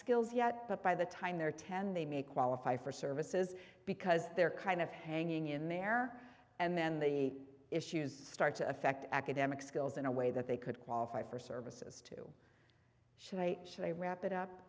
skills yet but by the time they're ten they may qualify for services because they're kind of hanging in there and then the issues start to affect academic skills in a way that they could qualify for services to show they wrap it up